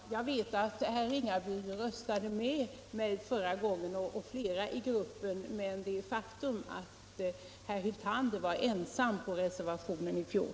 Fru talman! Jag vet att herr Ringaby och flera andra i hans grupp röstade med mig förra gången. Men det är ett faktum att herr Hyltander var ensam om reservationen i fjol.